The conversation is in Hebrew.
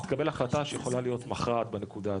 תתקבל החלטה שיכולה להיות מכרעת בנקודה הזאת.